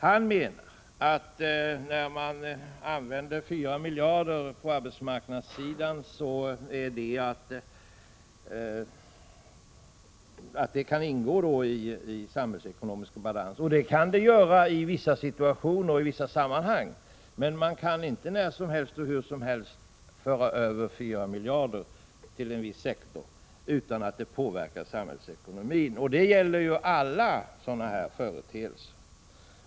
Han menar att när man använder 4 miljarder på arbetsmarknadssidan kan dessa ingå i den samhällsekonomiska balansen, och det kan de göra i vissa situationer och i vissa sammanhang. Men man kan inte när som helst och hur som helst föra över 4 miljarder till en viss sektor utan att det påverkar samhällsekonomin, och detta gäller alla sådana företeelser.